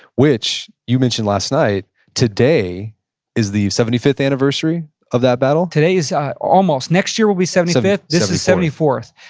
which you mentioned last night, today is the seventy fifth anniversary of that battle? today is almost, next year will be seventy so fifth, this is seventy fourth.